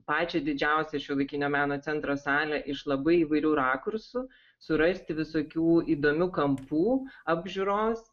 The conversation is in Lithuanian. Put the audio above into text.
pačią didžiausią šiuolaikinio meno centro salę iš labai įvairių rakursų surasti visokių įdomių kampų apžiūros